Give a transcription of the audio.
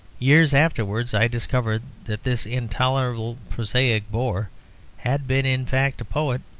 years afterwards i discovered that this intolerable prosaic bore had been, in fact, a poet.